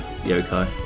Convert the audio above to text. yokai